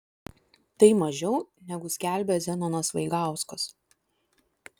tai mažiau negu skelbė zenonas vaigauskas